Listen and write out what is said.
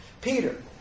Peter